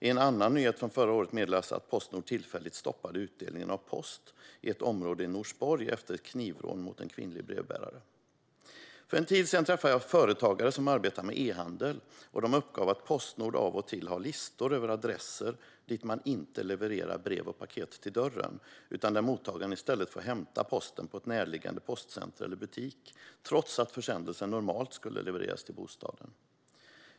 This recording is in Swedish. I en annan nyhet från förra året meddelades att Postnord tillfälligt stoppat utdelningen av post i ett område i Norsborg efter ett knivrån mot en kvinnlig brevbärare. För en tid sedan träffade jag företagare som arbetar med e-handel. De uppgav att Postnord av och till har listor över adresser dit man inte levererar brev och paket till dörren. Mottagaren får i stället hämta posten på ett närliggande postcenter eller i en butik, trots att försändelsen normalt skulle levereras till bostaden.